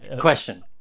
question